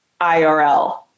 IRL